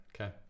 Okay